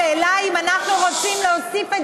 השאלה היא אם אנחנו רוצים להוסיף את